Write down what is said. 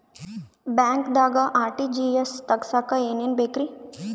ಬ್ಯಾಂಕ್ದಾಗ ಆರ್.ಟಿ.ಜಿ.ಎಸ್ ತಗ್ಸಾಕ್ ಏನೇನ್ ಬೇಕ್ರಿ?